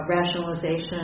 rationalization